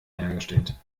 hergestellt